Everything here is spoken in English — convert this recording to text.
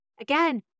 Again